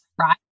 right